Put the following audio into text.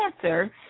cancer